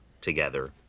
together